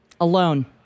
Alone